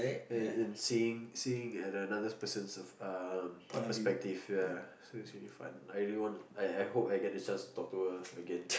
and seeing seeing another person's of uh perspective so it's really fun I really want I hope I get another chance to talk to her again